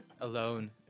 alone